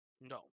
No